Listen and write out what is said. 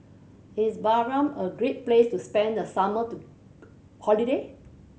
is Bahrain a great place to spend the summer to holiday